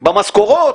במשכורות?